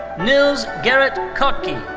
nils gerrit kottke.